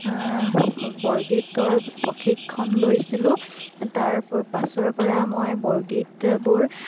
বৰগীতৰ প্ৰশিক্ষণ লৈছিলোঁ তাৰ পাছৰ পৰা মই বৰগীতবোৰ